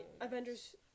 Avengers